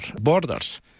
borders